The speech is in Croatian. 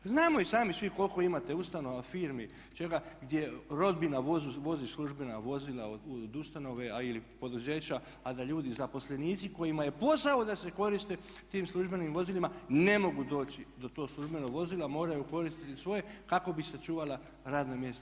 Znamo i sami svi koliko imate ustanova, firmi, čega gdje rodbina vozi službena vozila od ustanove ili poduzeća a da ljudi zaposlenici kojima je posao da se koriste tim službenim vozilima ne mogu doći do tog službenog vozila moraju koristiti svoje kako bi sačuvala radna mjesta.